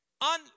on